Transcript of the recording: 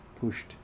pushed